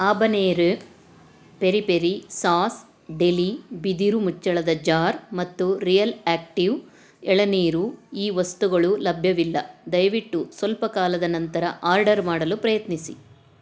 habanero peri peri sauce deli ಬಿದಿರು ಮುಚ್ಚಳದ jar ಮತ್ತು ರಿಯಲ್ ಆಕ್ಟಿವ್ ಎಳನೀರು ಈ ವಸ್ತುಗಳು ಲಭ್ಯವಿಲ್ಲ ದಯವಿಟ್ಟು ಸ್ವಲ್ಪ ಕಾಲದ ನಂತರ ಆರ್ಡರ್ ಮಾಡಲು ಪ್ರಯತ್ನಿಸಿ